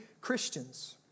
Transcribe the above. Christians